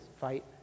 fight